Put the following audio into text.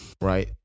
right